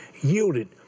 yielded